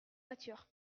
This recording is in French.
voiture